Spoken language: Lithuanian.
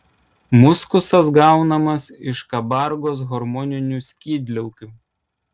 muskusas gaunamas iš kabargos hormoninių skydliaukių